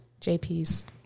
JP's